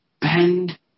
Bend